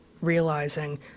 realizing